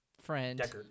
friend